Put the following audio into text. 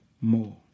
more